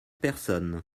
personnes